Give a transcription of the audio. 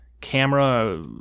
camera